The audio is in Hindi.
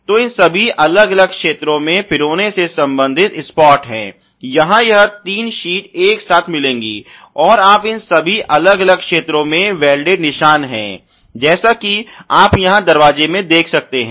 तो इन सभी अलग अलग क्षेत्रों में पिरोने से संबंधित स्पॉट हैं जहां यह तीन शीट एक साथ मिलेंगी और आप इन सभी अलग अलग क्षेत्रों में वेल्डेड निशान हैं जैसा कि आप यहाँ दरवाजे में देख सकते हैं